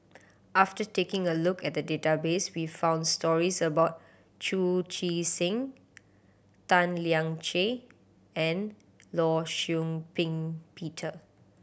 after taking a look at the database we found stories about Chu Chee Seng Tan Lian Chye and Law Shau Ping Peter